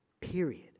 period